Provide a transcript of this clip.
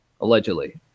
Allegedly